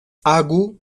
agu